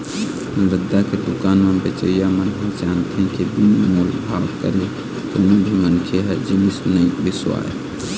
रद्दा के दुकान म बेचइया मन ह जानथे के बिन मोल भाव करे कोनो भी मनखे ह जिनिस नइ बिसावय